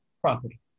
property